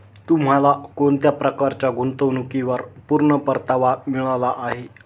तुम्हाला कोणत्या प्रकारच्या गुंतवणुकीवर पूर्ण परतावा मिळाला आहे